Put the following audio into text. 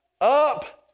up